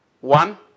One